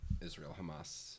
Israel-Hamas